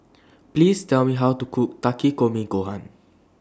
Please Tell Me How to Cook Takikomi Gohan